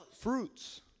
fruits